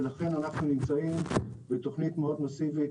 ולכן אנחנו נמצאים בתוכנית מאוד מסיבית,